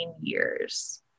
years